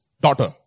daughter